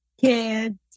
kids